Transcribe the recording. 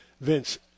Vince